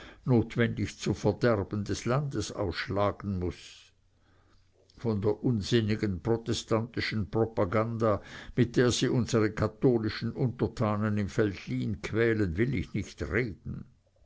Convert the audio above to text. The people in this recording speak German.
notwendig zum verderben des landes ausschlagen muß von der unsinnigen protestantischen propaganda mit der sie unsere katholischen untertanen im veltlin quälen will ich nicht reden